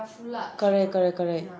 correct correct correct